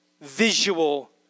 visual